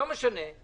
לא משנה.